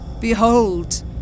behold